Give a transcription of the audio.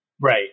Right